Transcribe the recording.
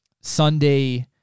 sunday